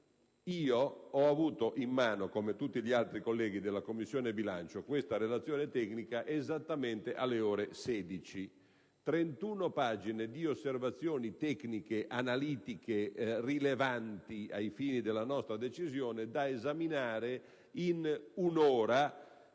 Io ho avuto in mano, come tutti gli altri colleghi della Commissione bilancio, questa relazione esattamente alle ore 16. Si tratta di 31 pagine di osservazioni tecniche analitiche rilevanti ai fini della nostra decisione, da esaminare in un'ora,